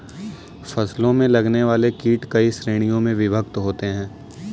फसलों में लगने वाले कीट कई श्रेणियों में विभक्त होते हैं